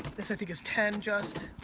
this i think is ten, just.